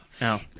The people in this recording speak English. no